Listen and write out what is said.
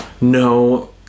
No